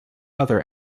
other